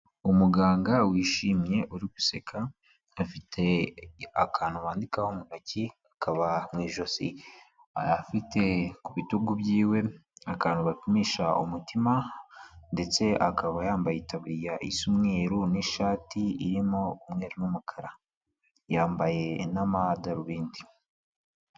Umuganga wishimye uri guseka, afite akantu bandikaho mu ntoki, akaba mu ijosi afite ku bitugu byiwe akantu bapimisha umutima ndetse akaba yambaye itaburiya isa umweru n'ishati irimo umweru n'umukara. Yambaye n'amadarubindi.